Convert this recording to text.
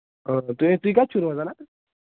آ تُہۍ کَتہِ چھِو روزان حظ